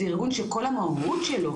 זה ארגון שכל המהות שלו,